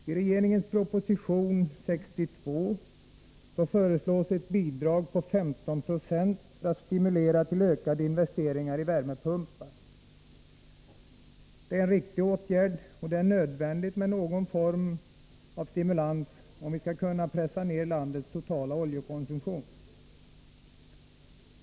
I regeringens proposition 62 föreslås ett bidrag på 15 96 för att stimulera till ökade investeringar i värmepumpar. Detta är en riktig åtgärd. Det är nödvändigt med någon form av stimulans om vi skall kunna pressa ned landets totala oljekonsumtion.